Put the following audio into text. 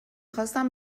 خواستم